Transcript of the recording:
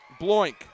Bloink